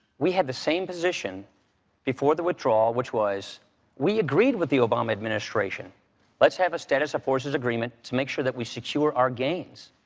we had the same position before the withdrawal, which was we agreed with the obama administration let's have a status of forces agreement to make sure that we secure our gains.